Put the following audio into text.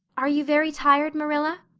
are you very tired, marilla?